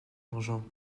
argent